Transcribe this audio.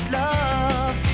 love